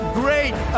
great